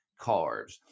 carbs